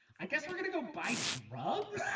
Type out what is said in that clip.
i guess we're gonna go buy drugs